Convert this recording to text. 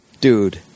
Dude